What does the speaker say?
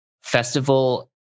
festival